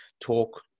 talk